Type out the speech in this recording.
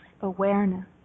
awareness